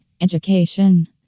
Education